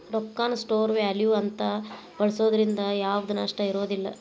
ರೊಕ್ಕಾನ store value ಅಂತ ಬಳ್ಸೋದ್ರಿಂದ ಯಾವ್ದ್ ನಷ್ಟ ಇರೋದಿಲ್ಲ